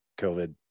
COVID